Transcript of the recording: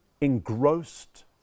engrossed